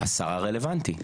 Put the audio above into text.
השר הרלוונטי.